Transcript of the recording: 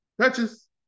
touches